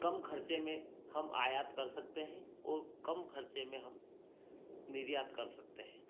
कम खर्चे में हम आयात कर सकते हैं और कम खर्चे में हम निर्यात कर सकते हैं